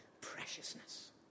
preciousness